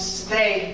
stay